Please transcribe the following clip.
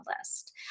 list